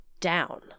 down